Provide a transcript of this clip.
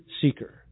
seeker